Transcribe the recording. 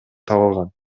табылган